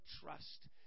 trust